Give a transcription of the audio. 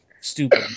stupid